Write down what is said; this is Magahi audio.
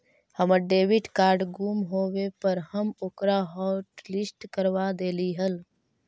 हमर डेबिट कार्ड गुम होवे पर हम ओकरा हॉटलिस्ट करवा देली हल